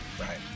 Right